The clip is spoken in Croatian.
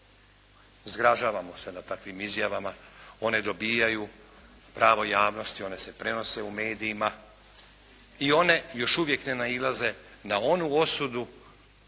Zgražavamo se nad takvim izjavama. One ne dobivaju pravo javnosti. One se prenose u medijima i one još uvijek ne nailaze na onu osudu,